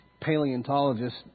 paleontologists